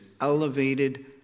elevated